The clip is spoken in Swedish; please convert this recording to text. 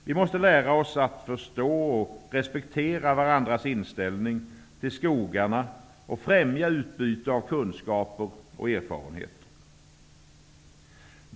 Vi måste lära oss att förstå och respektera varandras inställning till skogarna och främja utbytet av kunskaper och erfarenheter.